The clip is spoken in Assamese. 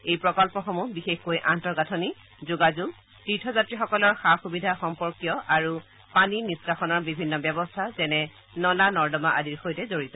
এই প্ৰকল্পসমূহ বিশেষকৈ আন্তঃগাঁঠনি যোগাযোগ তীৰ্থযাত্ৰীসকলৰ সা সুবিধা সম্পৰ্কীয় আৰু পানী নিহ্ণাষণৰ বিভিন্ন ব্যৱস্থা যেনে নলা নৰ্দমা আদিৰ সৈতে জড়িত